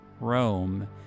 Rome